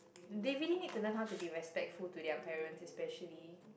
they really need to learn how to be respectful to their parents especially